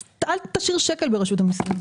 הרעיון הוא לא להשאיר שקל ברשות המסים.